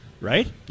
right